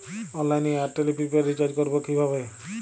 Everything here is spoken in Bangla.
অনলাইনে এয়ারটেলে প্রিপেড রির্চাজ করবো কিভাবে?